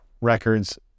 records